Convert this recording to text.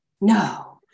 No